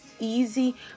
easy